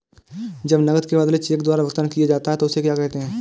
जब नकद के बदले चेक द्वारा भुगतान किया जाता हैं उसे क्या कहते है?